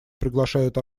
приглашают